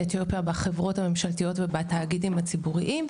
אתיופיה בחברות הממשלתיות ובתאגידים הציבוריים,